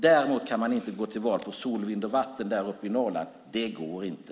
Däremot kan man inte gå till val på sol, vind och vatten uppe i Norrland. Det går inte.